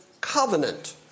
covenant